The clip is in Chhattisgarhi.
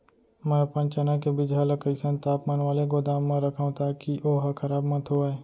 मैं अपन चना के बीजहा ल कइसन तापमान वाले गोदाम म रखव ताकि ओहा खराब मत होवय?